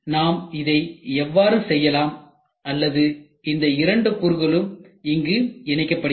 நாம் இதை இவ்வாறு செய்யலாம் அல்லது இந்த இரண்டு கூறுகளும் இங்கு இணைக்கப்படுகிறது